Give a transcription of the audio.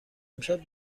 امشب